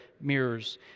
mirrors